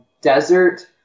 desert